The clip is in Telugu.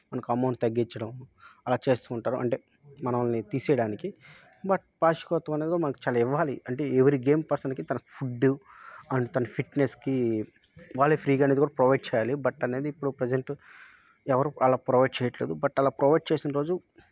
మనకు అమౌంట్ తగ్గించడం అలా చేస్తు ఉంటారు అంటే మనల్ని తీసేయడానికి బట్ పార్షికోత్వం అనేది కూడా మనకు చాలా ఇవ్వాలి అంటే ఎవ్రి గేమ్ పర్సన్కి తన ఫుడ్ అండ్ తన ఫిట్నెస్కి వాళ్ళు ఫ్రీగా అనేది కూడా ప్రొవైడ్ చేయాలి బట్ అనేది ఇప్పుడు ప్రెజెంట్ ఎవరు అలా ప్రొవైడ్ చేయట్లేదు బట్ అలా ప్రొవైడ్ చేసిన రోజు